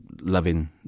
loving